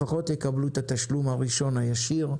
לפחות יקבלו את התשלום הראשון הישיר,